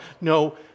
No